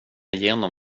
igenom